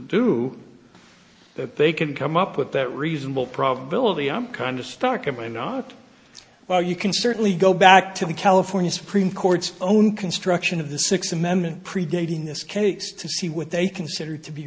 do that they can come up with that reasonable probability i'm kinder starcom i'm not well you can certainly go back to the california supreme court's own construction of the sixth amendment predating this case to see what they consider to be